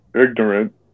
ignorant